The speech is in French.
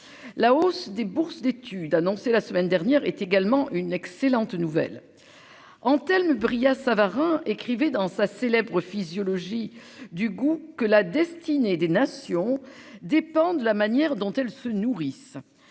La hausse des bourses d'études. Annoncé la semaine dernière est également une excellente nouvelle. Antelme Bria Savarin écrivez dans sa célèbre Physiologie du goût que la destinée des nations dépend de la manière dont elles se nourrissent.